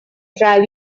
drive